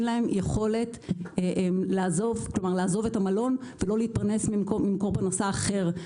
להם יכולת לעזוב את המלון ולא להתפרנס ממקור פרנסה אחר.